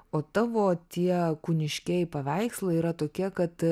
o tavo tie kūniškieji paveikslai yra tokie kad